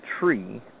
tree